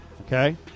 Okay